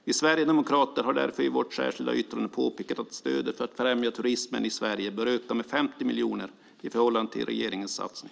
Vi sverigedemokrater har därför i vårt särskilda yttrande påpekat att stödet för att främja turismen i Sverige bör öka med 50 miljoner i förhållande till regeringens satsning.